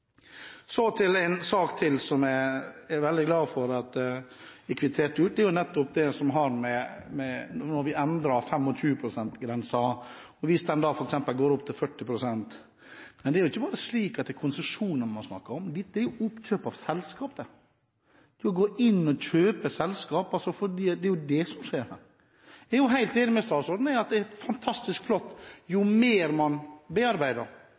Så til en sak til som jeg er veldig glad for at jeg kvitterte ut, og det er nettopp det med at vi endret 25 pst.-grensen, hvis den da f.eks. går opp til 40 pst. Men det er ikke slik at det bare er konsesjoner man snakker om, dette er oppkjøp av selskaper. Man går inn og kjøper selskaper – det er jo det som skjer her. Jeg er helt enig med statsråden i at det er fantastisk flott. Jo mer man